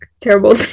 terrible